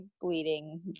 bleeding